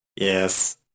Yes